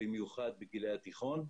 במיוחד בגילי התיכון,